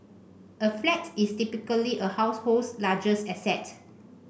a flat is typically a household's largest asset